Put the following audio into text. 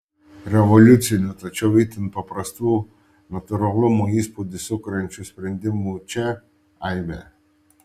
revoliucinių tačiau itin paprastų natūralumo įspūdį sukuriančių sprendimų čia aibė